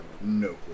no